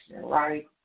right